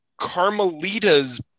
Carmelita's